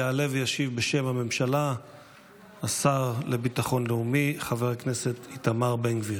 יעלה וישיב בשם הממשלה השר לביטחון לאומי חבר הכנסת איתמר בן גביר,